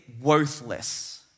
worthless